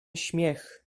śmiech